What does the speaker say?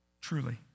truly